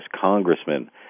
congressman